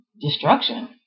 destruction